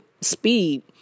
speed